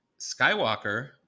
Skywalker